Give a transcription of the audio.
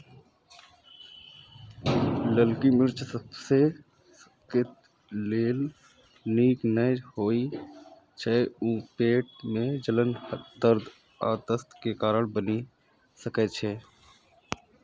ललकी मिर्च सबके लेल नीक नै होइ छै, ऊ पेट मे जलन, दर्द आ दस्त के कारण बनि सकै छै